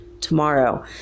tomorrow